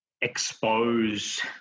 expose